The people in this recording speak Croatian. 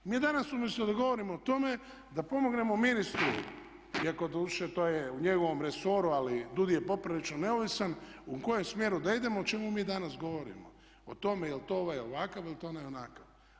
Mi danas umjesto da govorimo o tome, da pomognemo ministru iako doduše to je u njegovom resoru ali DUUD-i je poprilično neovisna u kojem smjeru da idemo o čemu mi danas govorimo, o tome jel to ovaj ovakav ili je to onaj onakav.